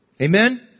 Amen